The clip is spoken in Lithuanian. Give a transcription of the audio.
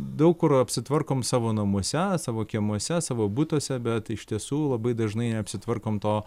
daug kur apsitvarkom savo namuose savo kiemuose savo butuose bet iš tiesų labai dažnai neapsitvarkom to